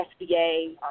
SBA